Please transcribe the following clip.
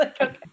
okay